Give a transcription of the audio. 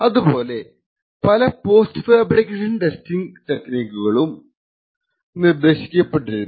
അതുപോലെ പല post fabrication testing ടെക്നിക്കുകളും നിർദ്ദേശിക്കപ്പെട്ടിരുന്നു